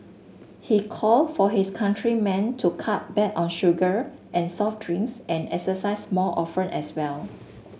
he called for his countrymen to cut back on sugar and soft drinks and exercise more often as well